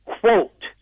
quote